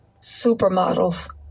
Supermodels